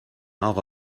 اقا